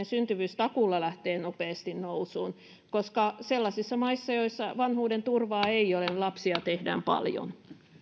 syntyvyys takuulla lähtee nopeasti nousuun koska sellaisissa maissa joissa vanhuudenturvaa ei ole lapsia tehdään paljon